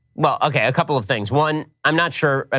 well, okay, a couple of things. one, i'm not sure. and